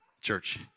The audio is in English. church